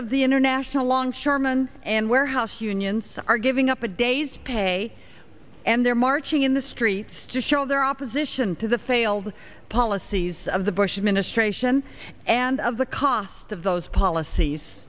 of the international longshoreman and warehouse unions are giving up a day's pay and they're marching in the streets to show their opposition to the failed policies of the bush administration and of the cost of those policies